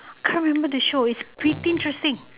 can't remember the show it's pretty interesting